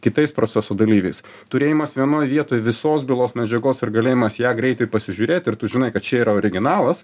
kitais proceso dalyviais turėjimas vienoj vietoj visos bylos medžiagos ir galėjimas ją greitai pasižiūrėt ir tu žinai kad čia yra originalas